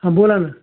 हां बोला ना